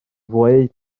ddweud